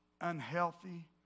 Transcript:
unhealthy